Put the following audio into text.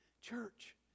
Church